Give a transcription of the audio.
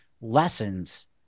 lessons